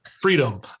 freedom